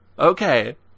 Okay